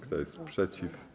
Kto jest przeciw?